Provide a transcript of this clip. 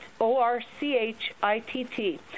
O-R-C-H-I-T-T